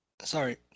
Sorry